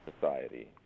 society